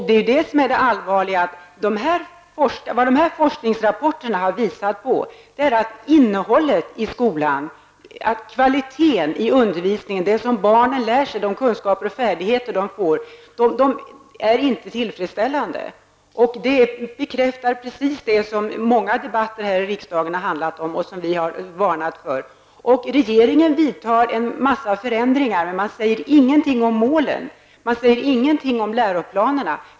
Det som är allvarligt är att dessa forskningsrapporter har visat att innehållet och kvaliteten i det som barnen lär sig, de kunskaper och färdigheter som de får, inte är tillfredsställande. Detta bekräftar precis det som många debatter här i riksdagen har handlat om och som vi moderater har varnat för. Regeringen genomför en massa förändringar, men man säger ingenting om målen och om läroplanerna.